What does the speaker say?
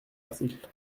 article